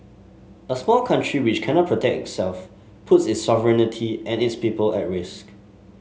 a small country which cannot protect itself puts its sovereignty and its people at risk